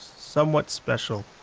somewhat special.